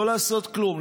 לא לעשות כלום,